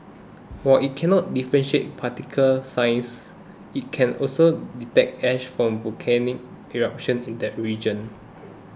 while it cannot differentiate particle size it can also detect ash from volcanic eruptions in that region